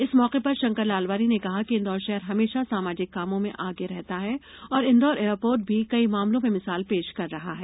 इस मौके पर शंकर लालवानी ने कहा कि इंदौर शहर हमेशा सामाजिक कामों में आगे रहता है और इंदौर एयरपोर्ट भी कई मामलों में मिसाल पेश कर रहा है